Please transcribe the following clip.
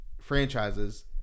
franchises